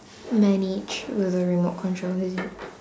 then each with a remote control is it